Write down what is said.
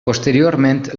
posteriorment